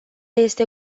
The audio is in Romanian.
este